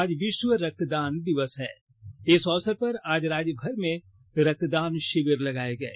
आज विश्व रक्तदान दिवस है इस अवसर पर आज राज्यभर में रक्तदान षिविर लगाए गए